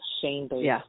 shame-based